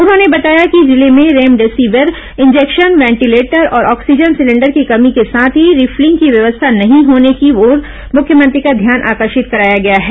उन्होंने बताया कि जिले में रेमडेसिविर इंजेक्शन वेंटिलेटर और ऑक्सीजन सिलेंडर की कमी के साथ ही रिफलिंग की व्यवस्था नहीं होने की ओर मुख्यमंत्री का ध्यान आकर्षित कराया गया है